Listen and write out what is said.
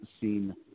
seen